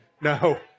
No